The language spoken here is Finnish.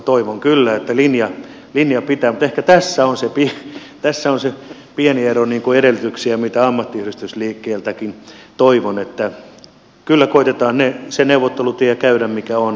toivon kyllä että linja pitää mutta ehkä tässä on se pieni ero edellytyksiä mitä ammattiyhdistysliikkeeltäkin toivon että kyllä koetetaan se neuvottelutie käydä mikä on